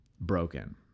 broken